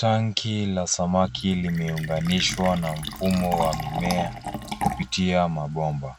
Tanki la samaki limeunganishwa na mfumo wa mimea kupitia mabomba.